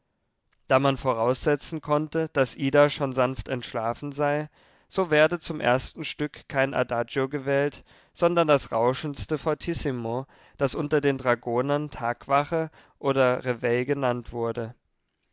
da man voraussetzen konnte daß ida schon sanft entschlafen sei so werde zum ersten stück kein adagio gewählt sondern das rauschendste fortissimo das unter den dragonern tagwache oder reveille genannt wurde